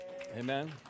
Amen